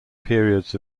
periods